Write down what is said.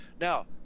now